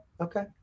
Okay